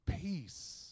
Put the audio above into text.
peace